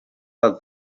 del